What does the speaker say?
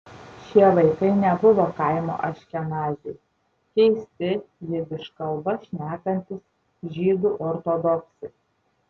šie vaikai nebuvo kaimo aškenaziai keisti jidiš kalba šnekantys žydų ortodoksai